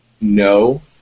no